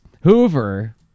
Hoover